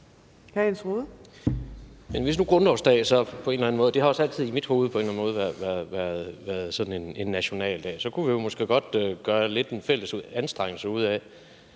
(RV): Grundlovsdag har også altid i mit hoved på en eller anden måde været sådan en nationaldag. Så kunne vi måske godt gøre lidt en fælles anstrengelse ud af